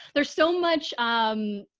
there's so much, um,